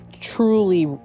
truly